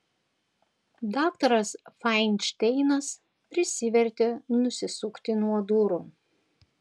daktaras fainšteinas prisivertė nusisukti nuo durų